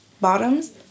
bottoms